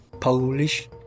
Polish